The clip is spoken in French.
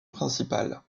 principale